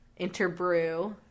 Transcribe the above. interbrew